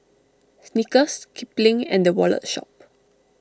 Snickers Kipling and the Wallet Shop